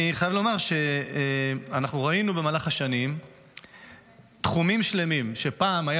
אני חייב לומר שאנחנו ראינו במהלך השנים תחומים שלמים שבהם פעם היה